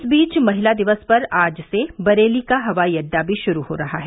इस बीच महिला दिवस पर आज से बरेली का हवाई अड्डा भी शुरू हो रहा है